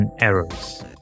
errors